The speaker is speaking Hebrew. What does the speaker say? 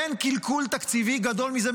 אין קלקול תקציבי גדול מזה.